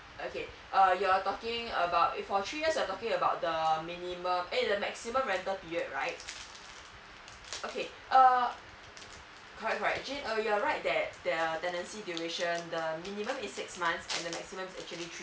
okay uh you're talking about for three years you're talking about the minimum eh the maximum rental period right okay uh correct correct jane uh you're right that there are uh tenancy duration the minimum is six months and the maximum is actually three